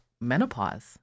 menopause